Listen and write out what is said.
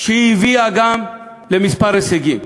שהיא הביאה גם לכמה הישגים.